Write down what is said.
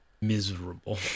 miserable